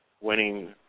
winning